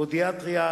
פודיאטריה,